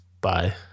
bye